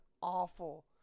awful